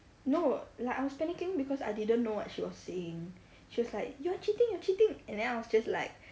no like I was panicking because I didn't know what she was saying she was like you're cheating you're cheating and then I was just like